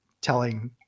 telling